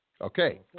Okay